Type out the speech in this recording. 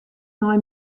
nei